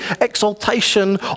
exaltation